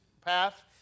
path